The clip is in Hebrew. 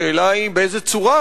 השאלה היא באיזו צורה,